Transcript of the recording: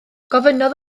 gofynnodd